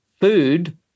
food